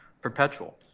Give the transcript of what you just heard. perpetual